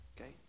Okay